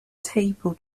table